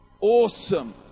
Awesome